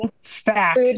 fact